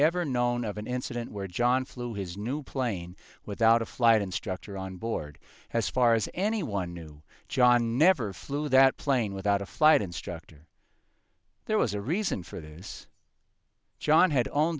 ever known of an incident where john flew his new plane without a flight instructor on board as far as anyone knew john never flew that plane without a flight instructor there was a reason for this john had on